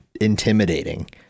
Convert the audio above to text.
intimidating